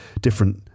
different